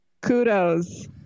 kudos